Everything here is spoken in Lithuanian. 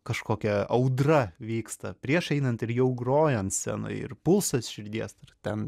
kažkokia audra vyksta prieš einant ir jau grojant scenoj ir pulsas širdies ir ten